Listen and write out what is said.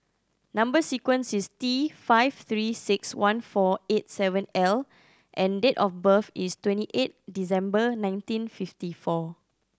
number sequence is T five Three Six One four eight seven L and date of birth is twenty eight December nineteen fifty four